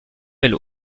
belle